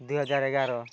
ଦୁଇହଜାର ଏଗାର